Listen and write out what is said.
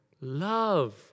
love